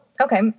okay